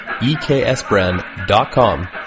EKSBrand.com